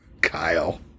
Kyle